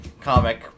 comic